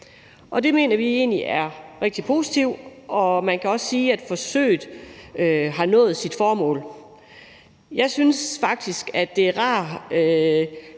Det mener vi egentlig er rigtig positivt, og man kan også sige, at forsøget har opnået sit formål. Jeg synes faktisk, at det er rart,